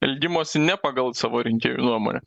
elgimosi ne pagal savo rinkėjų nuomonę